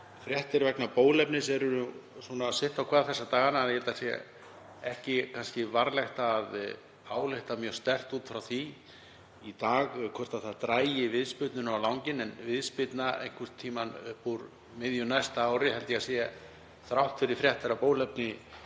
Fréttir vegna bóluefnis eru svona sitt á hvað þessa dagana, ég held að það sé kannski ekki varlegt að álykta mjög sterkt út frá því í dag hvort það dragi viðspyrnuna á langinn, en viðspyrna einhvern tímann upp úr miðju næsta ári held ég að sé, þrátt fyrir fréttir af bóluefni,